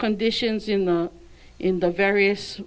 conditions in the in the various